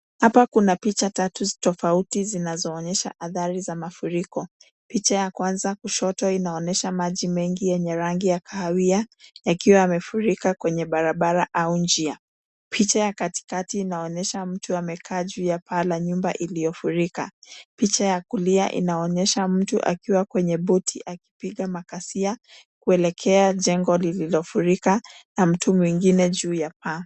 Hapa kuna picha tatu tofauti zinaonyesha athari za mafuriko. Picha ya kwanza kushoto inaonyesha maji mengi yenye rangi ya kahawia yakiwa wamefurika kwenye barabara au njia. Picha ya katikati inaonyesha mtu ameyekaa juu ya paa la nyumba iliyofurika. Picha ya kulia inaonyesha mtu akiwa kwenye boti akipiga makasia kuelekea kwenye jengo lililofurika na mtu mwengine juu ya paa.